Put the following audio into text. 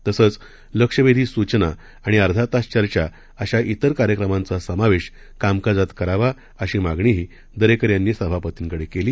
तसंच लक्षवेधी सूचना आणि अर्धा तास चर्चा अशा इतर कार्यक्रमांचा समावेश कामकाजात करावा अशी मागणी दरेकर यांनी सभापतींकडे केली